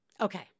Okay